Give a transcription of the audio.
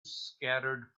scattered